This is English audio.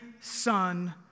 son